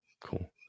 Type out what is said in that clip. Cool